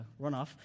runoff